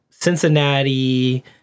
Cincinnati